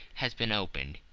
has been opened.